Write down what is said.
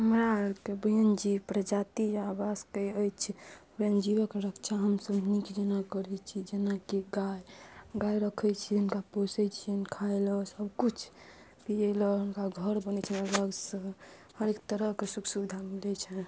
हमरा आरके वनजीव प्रजाति आवासके अछि वन जीवक रक्षा हमसब नीक जेना करै छी जेनाकि गाय गाय रखै छियनि हुनका पोसै छियनि खाय लए सब किछु पीए लए हुनका घर बनै छै अलग सऽ हरेक तरहके सुख सुविधा मिलै छै